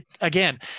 again